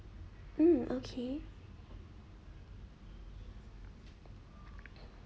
mm okay